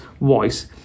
voice